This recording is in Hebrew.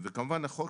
כמובן, גם החוק